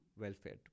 welfare